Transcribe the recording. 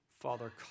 Father